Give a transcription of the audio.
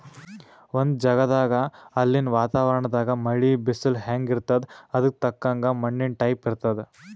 ಒಂದ್ ಜಗದಾಗ್ ಅಲ್ಲಿನ್ ವಾತಾವರಣದಾಗ್ ಮಳಿ, ಬಿಸಲ್ ಹೆಂಗ್ ಇರ್ತದ್ ಅದಕ್ಕ್ ತಕ್ಕಂಗ ಮಣ್ಣಿನ್ ಟೈಪ್ ಇರ್ತದ್